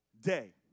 day